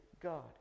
God